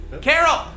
Carol